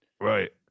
right